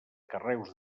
carreus